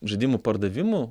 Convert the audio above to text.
žaidimų pardavimų